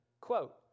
quote